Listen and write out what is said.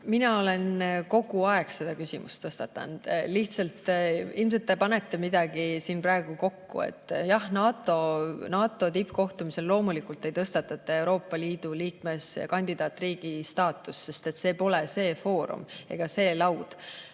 Mina olen kogu aeg seda küsimust tõstatanud. Te ilmselt panete midagi siin praegu kokku. Jah, NATO tippkohtumisel loomulikult ei tõstatata Euroopa Liidu kandidaatriigi staatuse küsimust, sest see pole see foorum ega see laud.